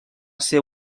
ser